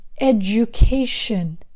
education